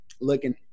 looking